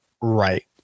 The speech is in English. right